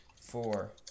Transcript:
Four